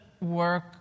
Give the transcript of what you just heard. work